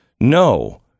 No